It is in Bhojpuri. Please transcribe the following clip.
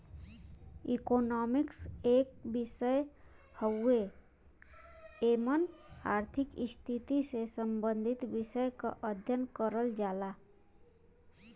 इकोनॉमिक्स एक विषय हउवे एमन आर्थिक स्थिति से सम्बंधित विषय क अध्ययन करल जाला